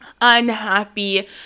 unhappy